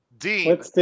Dean